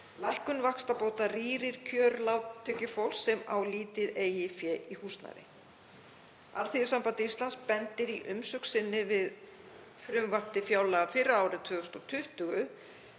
Lækkun vaxtabóta rýrir kjör lágtekjufólks sem á lítið eigið fé í húsnæði. Alþýðusamband Íslands bendir í umsögn sinni við frumvarp til fjárlaga fyrir árið 2020